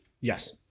Yes